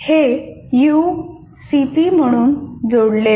हे U C P म्हणून जोडलेले आहेत